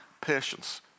patience